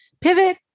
Pivot